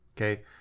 okay